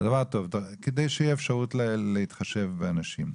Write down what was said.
כדי שתהיה אפשרות להתחשב באנשים.